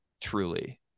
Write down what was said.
Truly